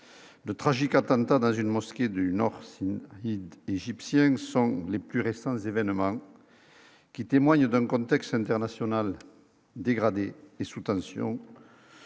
de tragique attentat dans une mosquée du nord-est égyptienne, sont les plus récents événements. Qui témoigne d'un contexte international dégradé et sous tension,